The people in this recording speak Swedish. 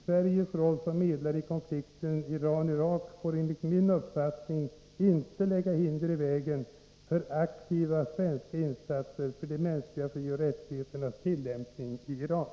Sveriges roll som medlare i konflikten Iran-Irak får enligt min uppfattning inte lägga hinder i vägen för aktiva svenska insatser för de mänskliga frioch rättigheternas tillämpning i Iran.